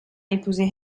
épousé